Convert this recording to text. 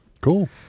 Cool